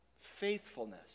faithfulness